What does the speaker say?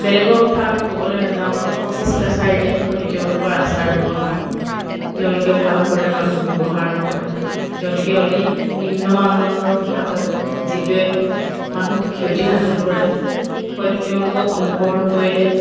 বেলেগৰ কথা আমি ক'বলে নাযাওঁৱেই অফিচ কাছাৰীতে আমি তেওঁলোকৰ আচাৰ ব্যৱহাৰ তেওঁলোকে ভাল ধৰণে মানুহ ব্যৱহাৰ নকৰে তেওঁলোকে অতি নিম্ন মানদণ্ডৰ কথা কয় যিটোৱে মানুহক ক্ষতিসাধন কৰে হয়তো তেওঁলোকক অনুকৰণ কৰিলে